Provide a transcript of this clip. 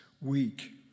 week